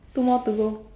two more to go